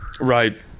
right